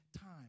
time